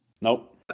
Nope